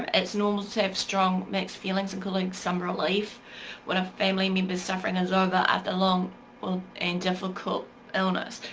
it's normal to have strong mixed feelings including some relief when a family members suffering is over after long and difficult illness.